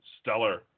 stellar